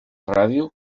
ràdio